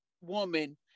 woman